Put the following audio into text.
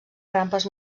rampes